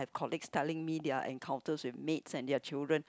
colleagues telling me their encounters with maids and their children